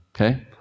okay